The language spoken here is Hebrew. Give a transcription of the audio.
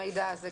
המידע הזה,